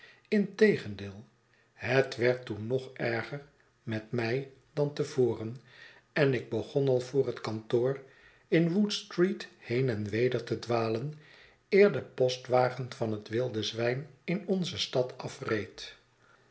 integendeel het werd toen nog erger met mij dan te voren en ik begon al voor het kantoor in wood street heen en weder te dwalen eer de postwagen van het wilde zwijn in onze stad afreed